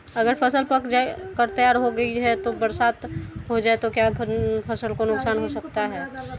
अगर फसल पक कर तैयार हो गई है और बरसात हो जाए तो क्या फसल को नुकसान हो सकता है?